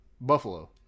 Buffalo